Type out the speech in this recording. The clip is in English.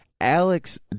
Alex